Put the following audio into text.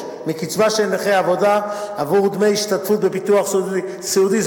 מקצבה של נכה עבודה בעבור דמי השתתפות בביטוח סיעודי.